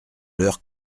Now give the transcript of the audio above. l’heure